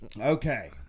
Okay